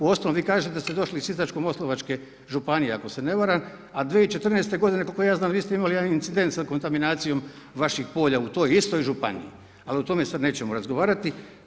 Uostalom, vi kažete da ste došli iz Sisačko moslavačke županije, ako se ne varam, a 2014. g. koliko ja znam, vi ste imali jedan incident sa kontaminacijom vaših polja u toj istoj županiji, ali to tome sad nećemo razgovarati.